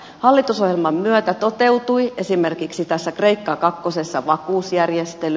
hallitusohjelman myötä toteutui esimerkiksi tässä kreikka kakkosessa vakuusjärjestely